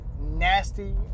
nasty